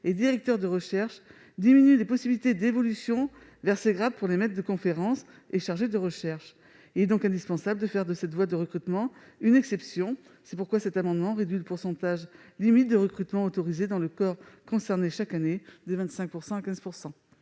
et directeurs de recherche, diminuent les possibilités d'évolution vers ces grades pour les maîtres de conférences et chargés de recherche. Il est donc indispensable de faire de cette voie de recrutement une exception. C'est pourquoi cet amendement tend à réduire le pourcentage maximal de recrutements autorisés chaque année dans le corps concerné de 25 % à 15 %.